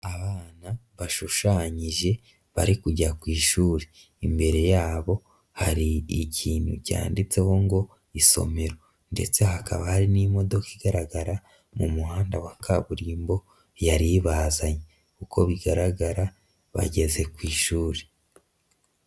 Abana bashushanyije bari kujya ku ishuri imbere yabo hari ikintu cyanditseho ngo isomero ndetse hakaba hari n'imodoka igaragara mu muhanda wa kaburimbo yari ibazanye uko bigaragara bageze ku ishuri.